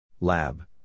Lab